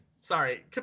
sorry